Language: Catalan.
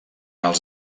els